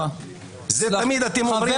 זה תמיד אתם אומרים